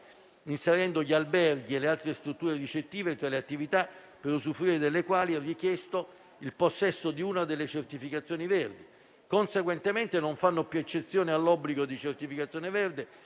inserendo gli alberghi e le altre strutture ricettive tra le attività per usufruire delle quali è richiesto il possesso di una delle certificazioni verdi. Conseguentemente non fanno più eccezioni all'obbligo di certificazione verde